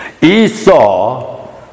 Esau